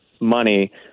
money